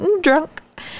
drunk